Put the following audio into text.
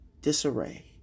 disarray